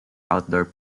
outdoor